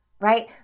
right